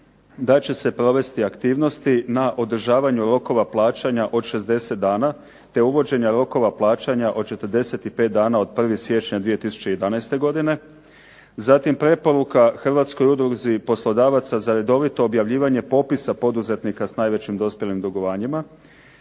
da će se provesti aktivnosti na održavanju rokova plaćanja od 60 dana te uvođenja rokova plaćanja od 45 dana od 1. siječnja 2011. godine, zatim preporuka Hrvatskoj udruzi poslodavaca za redovito objavljivanje popisa poduzetnika s najvećim dospjelim dugovanjima.